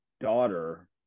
daughter